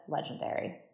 legendary